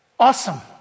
Awesome